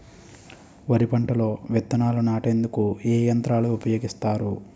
వరి పంటలో విత్తనాలు నాటేందుకు ఏ యంత్రాలు ఉపయోగిస్తారు?